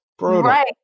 right